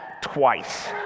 twice